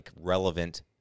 relevant